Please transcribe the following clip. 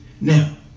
Now